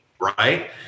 right